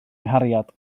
nghariad